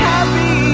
Happy